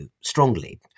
strongly